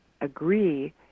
agree